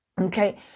Okay